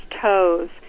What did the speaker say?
toes